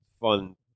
fun